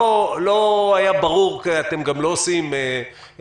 לא היה ברור אתם גם לא עושים ניתוחים